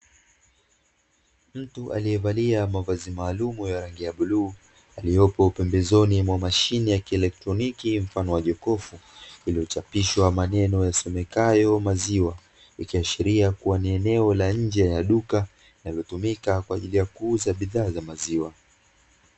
Mtu aliyevalia mavazi maalumu ya rangi ya bluu, aliyopo pembezoni mwa mashine ya kielekroniki mfano wa jokofu, iliyochapishwa maneno yasomekayo mazima, ikiashiria kuwa ni eneo la nje la nduka linalotumika kwa ajili ya kuuza bidhaa ya maziwa.